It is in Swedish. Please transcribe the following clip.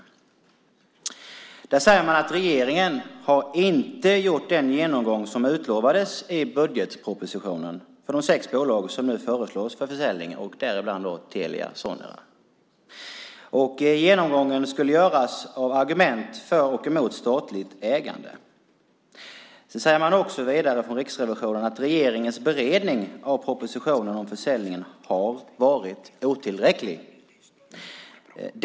Riksrevisionen säger att regeringen inte har gjort den genomgång som utlovades i budgetpropositionen av de sex bolag som nu föreslås för försäljning, däribland Telia Sonera. Genomgången skulle göras med argument för och emot statligt ägande. Riksrevisionen säger vidare att regeringens beredning av propositionen om försäljningarna har varit otillräcklig.